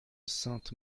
sainte